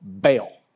bail